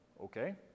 okay